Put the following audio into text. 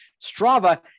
Strava